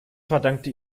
verdankte